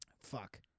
Fuck